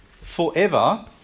forever